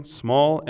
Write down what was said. small